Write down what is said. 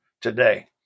today